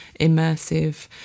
immersive